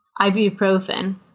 ibuprofen